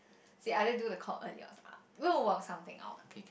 say I didn't do the clock earlier ah we will work something out